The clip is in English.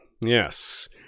Yes